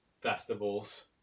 festivals